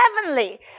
heavenly